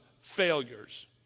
failures